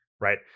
right